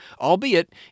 albeit